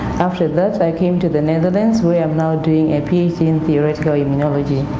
after that, i came to the netherlands where i'm now doing a ph d. in theoretical immunology.